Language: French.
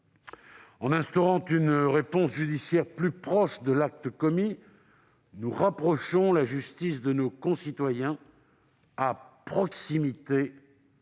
En instaurant une réponse judiciaire plus proche de l'acte commis, nous rapprochons la justice de nos concitoyens. À proximité